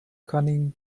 cunning